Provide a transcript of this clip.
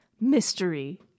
mystery